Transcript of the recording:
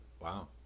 Wow